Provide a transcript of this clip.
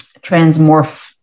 transmorph